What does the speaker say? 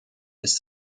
ist